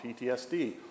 PTSD